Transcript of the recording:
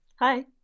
Hi